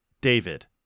David